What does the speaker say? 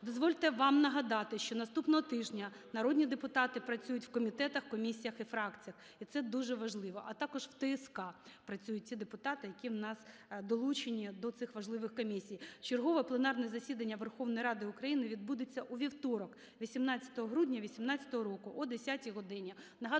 Дозвольте вам нагадати, що наступного тижня народні депутати працюють в комітетах, комісіях і фракціях, і це дуже важливо, а також в ТСК працюють ті депутати, які в нас долучені до цих важливих комісій. Чергове пленарне засідання Верховної Ради України відбудеться у вівторок 18 грудня 18-го року о 10-й годині.